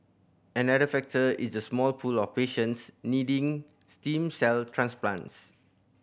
another factor is the small pool of patients needing stem cell transplants